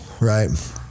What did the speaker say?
Right